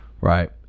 right